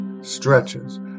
stretches